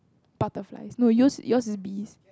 butterflies no yours yours would be bees